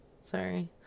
Sorry